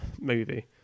movie